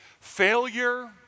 Failure